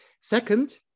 second